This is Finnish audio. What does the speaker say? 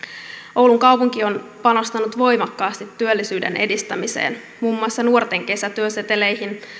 oulun kaupunki on panostanut voimakkaasti työllisyyden edistämiseen muun muassa nuorten kesätyöseteleihin